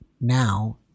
now